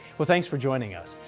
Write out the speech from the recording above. well thanks for joining us.